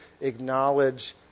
acknowledge